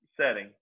setting